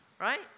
Right